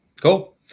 cool